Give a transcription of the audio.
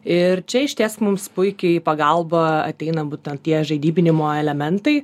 ir čia išties mums puikiai į pagalbą ateina būtent tie žaidybinimo elementai